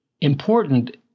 important